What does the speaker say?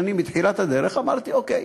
שבתחילת הדרך במשך שנים אמרתי: אוקיי,